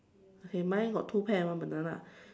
okay mine got two pear and one banana